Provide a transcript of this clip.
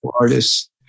artists